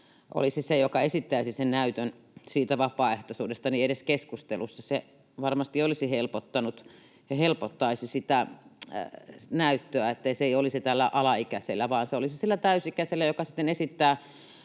olisi se, joka esittäisi näytön siitä vapaaehtoisuudesta, edes esillä keskustelussa? Se varmasti olisi helpottanut ja helpottaisi sitä näyttöä, että se ei olisi tällä alaikäisellä vaan se olisi sillä täysikäisellä, joka sitten